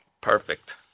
Perfect